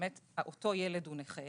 שבאמת אותו ילד הוא נכה